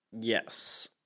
Yes